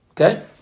Okay